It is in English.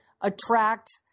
attract